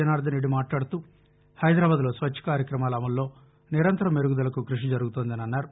జనార్దన్ రెడ్డి మాట్లాడుతూ హైదరాబాద్ లో స్వచ్చ కార్యక్రమాల అమలులో నిరంతరం మెరుగుదలకు కృషి జరుగుతోందని అన్నారు